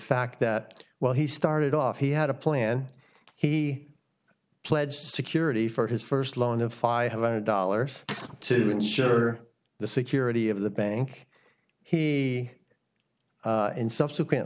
fact that while he started off he had a plan he pledged security for his first loan of five hundred dollars to ensure the security of the bank he and subsequent